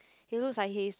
he looks like his